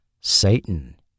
Satan